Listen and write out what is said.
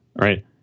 right